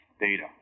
data